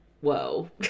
whoa